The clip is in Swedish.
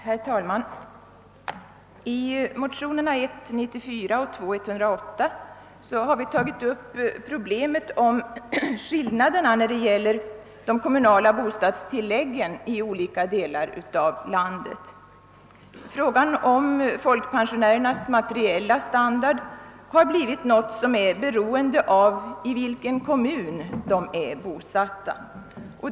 Herr talman! I motionerna I: 94 och II: 108 har vi tagit upp problemet om skillnaderna i de kommunala bostadstilläggen mellan olika delar av landet. Frågan om folkpensionärernas . materiella standard har blivit beroende av i vilken kommun de är bosatta.